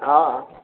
हॅं